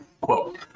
Quote